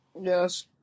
Yes